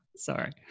Sorry